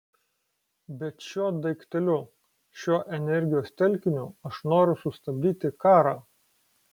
bet šiuo daikteliu šiuo energijos telkiniu aš noriu sustabdyti karą